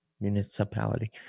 municipality